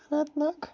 Anant Nag